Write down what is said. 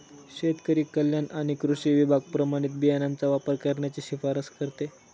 शेतकरी कल्याण आणि कृषी विभाग प्रमाणित बियाणांचा वापर करण्याची शिफारस करतो